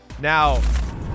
Now